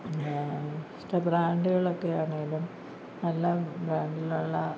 പിന്നെ സ്റ്റ ബ്രാൻഡുകളൊക്കെ ആണെങ്കിലും നല്ല ബ്രാൻഡിലുള്ള